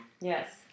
Yes